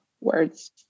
words